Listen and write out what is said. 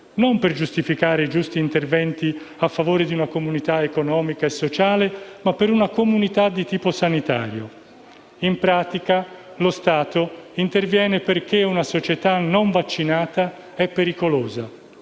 non per giustificare i giusti interventi a favore di una comunità economica e sociale, ma per una comunità di tipo sanitario. In pratica, lo Stato interviene perché una società non vaccinata è pericolosa.